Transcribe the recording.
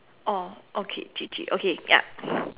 oh okay G_G okay ya